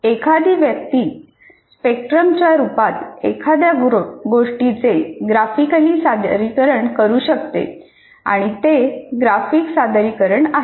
एखादी व्यक्ती स्पेक्ट्रमच्या रूपात एखाद्या गोष्टीचे ग्राफिकली सादरीकरण करू शकते आणि ते ग्राफिक सादरीकरण आहे